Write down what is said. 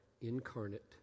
incarnate